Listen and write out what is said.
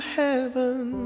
heaven